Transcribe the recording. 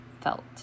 felt